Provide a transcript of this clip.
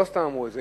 לא סתם אמרו את זה,